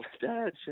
Dad